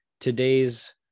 today's